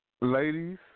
ladies